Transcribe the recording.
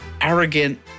arrogant